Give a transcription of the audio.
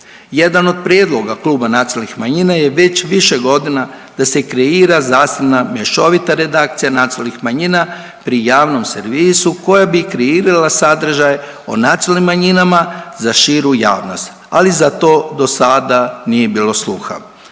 Jedan od prijedloga Kluba nacionalnih manjina je već više godina da se kreira zasebna mješovita redakcija nacionalnih manjina pri javnom servisu koja bi kreirala sadržaj o nacionalnim manjinama za širu javnost, ali za to do sada nije bilo sluha.